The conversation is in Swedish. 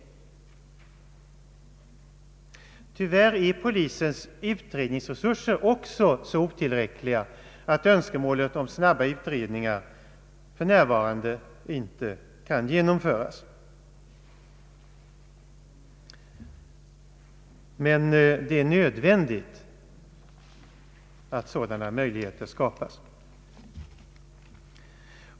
Dess värre är polisens utredningsresurser också så otillräckliga att önskemålet om snabba utredningar för närvarande inte kan tillgodoses, men det är nödvändigt att sådana möjligheter skapas.